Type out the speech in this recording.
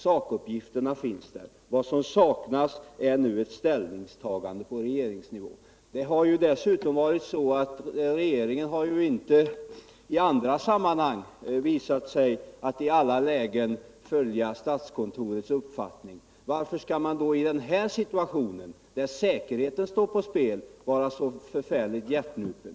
Sakuppgifterna finns, men vad som nu saknas är ett ställningstagande på regeringsnivå. Regeringen har dessutom i andra sammanhang inte visat sig i alla lägen följa statskontorets uppfattning. Varför skall man då i denna situation, där säkerheten står på spel, vara så hjärtnupen?